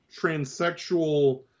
transsexual –